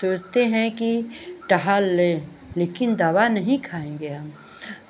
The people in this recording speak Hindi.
सोचते है कि टहल लें लेकिन दवा नहीं खाएँगे हम